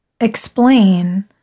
explain